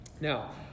Now